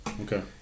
Okay